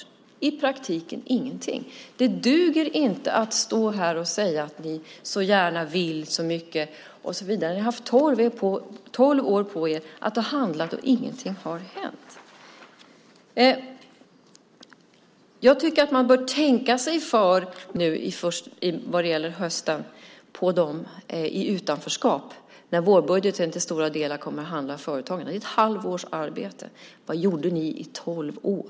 Ja, i praktiken ingenting! Det duger inte att stå här och säga att ni så gärna vill så mycket och så vidare. Ni har ju haft tolv år på er att handla, men ingenting har hänt. Man bör tänka sig för när man säger att vi nu har suttit med en borgerlig regering som i första hand vad gäller hösten har satsat på dem i utanförskap. Vårbudgeten kommer till stora delar att handla om företagen. Det är ett halvt års arbete! Vad gjorde ni under tolv år?